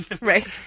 Right